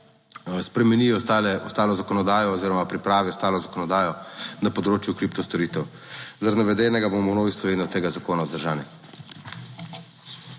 ostale, ostalo zakonodajo oziroma pripravi ostalo zakonodajo na področju kripto storitev. Zaradi navedenega bomo v Novi Sloveniji tega zakona vzdržani.